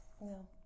No